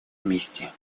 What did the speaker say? вместе